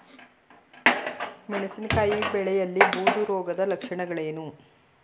ಮೆಣಸಿನಕಾಯಿ ಬೆಳೆಯಲ್ಲಿ ಬೂದು ರೋಗದ ಲಕ್ಷಣಗಳೇನು?